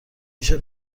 میشه